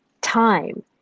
time